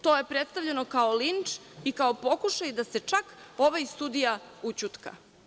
To je predstavljeno kao linč i kao pokušaj da se čak ovaj sudija ućutka.